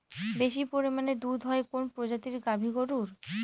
বেশি পরিমানে দুধ হয় কোন প্রজাতির গাভি গরুর?